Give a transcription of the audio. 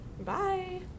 Bye